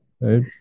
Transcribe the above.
Right